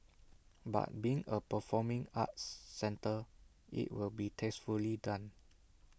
but being A performing arts centre IT will be tastefully done